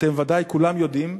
אתם בוודאי כולם יודעים,